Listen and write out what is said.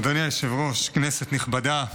אדוני היושב-ראש, כנסת נכבדה,